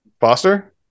Foster